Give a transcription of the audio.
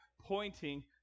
pointing